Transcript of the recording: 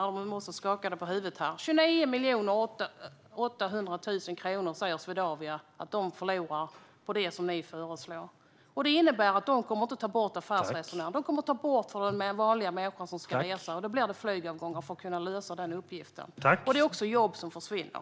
Jag ser att Lorentz skakar på huvudet här. 29 800 000 kronor säger Swedavia att de förlorar på det som ni föreslår. Det innebär att de inte kommer att ta bort flyg för affärsresenärerna. De kommer att ta bort flyg för vanliga människor som ska resa, och då blir det flygavgångar som försvinner för att kunna lösa denna uppgift. Det är också jobb som försvinner.